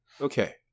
Okay